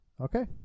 Okay